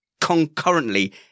concurrently